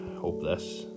hopeless